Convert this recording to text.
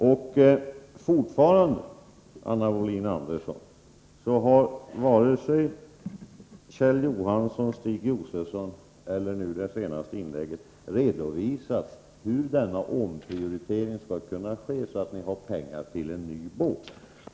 Och fortfarande har varken Kjell Johansson, Stig Josefson eller Anna Wohlin-Andersson i det senaste inlägget redovisat hur denna omprioritering skall kunna ske, så att ni har pengar till en ny båt.